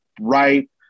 right